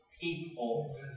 people